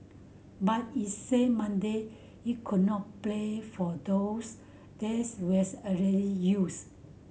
but it said Monday it could not play for those this was already used